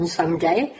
someday